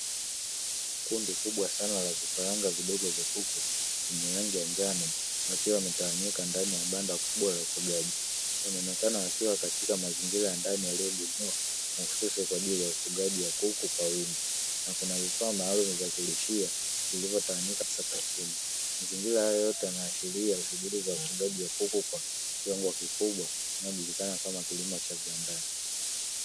Kundi kubwa sana la vifaranga vidogo vya kuku vyenye rangi ya njano wakiwa wametanyika ndani ya banda kubwa la ufugaji, wanaonekana wakiwa katika mazingira ya ndani yaliyoandaliwa mahususi kwa ajili ya ufugaji wa kuku kwa wingi na kuna vifaa maalumu vya kulishia vilivyotawanyika sakafuni, mazingira hayo yote yanaashiria shughuli za ufugaji wa kuku kwa kiwango kikubwa unaojulikana kama kilimo cha biwandani.